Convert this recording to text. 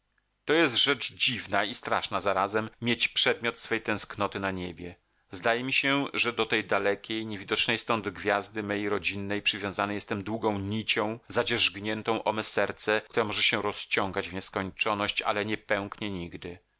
to jest rzecz dziwna i straszna zarazem mieć przedmiot swej tęsknoty na niebie zdaje mi się że do tej dalekiej niewidocznej stąd gwiazdy mej rodzinnej przywiązany jestem długą nicią zadzierzgniętą o me serce która może się rozciągać w nieskończoność ale nie pęknie nigdy